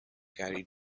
carried